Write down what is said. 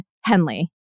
Henley